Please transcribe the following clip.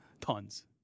Tons